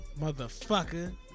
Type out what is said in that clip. Motherfucker